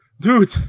dude